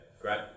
great